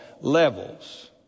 levels